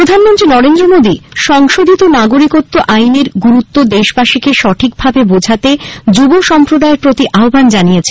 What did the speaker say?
প্রধানমন্ত্রী নরেন্দ্র মোদী সংশোধিত নাগরিকত্ব আইনের গুরুত্ব দেশবাসীকে সঠিকভাবে বোঝাতে যুব সম্প্রদায়ের প্রতি আহ্বান জানিয়েছেন